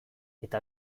eta